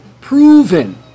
proven